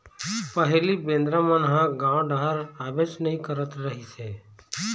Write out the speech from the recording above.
पहिली बेंदरा मन ह गाँव डहर आबेच नइ करत रहिस हे